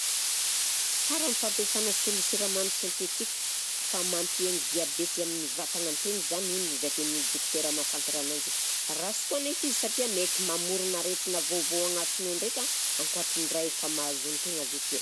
Sara ny fampiasana solon-siramamy sentetika fa mampihegny diabety amin'ny vatagnan-tegna zany hono zakain'ny dokotera mahafantatra ananjy, rasy koa anefa izy satria mety mamorona aretina vaovao agnatinao ndraika ankoatry ny raha efa mahazo an-tegna avy akeo.